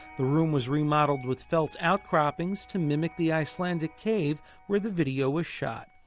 the room was remodeled with felt outcroppings to mimic the icelandic cave where the video was shot.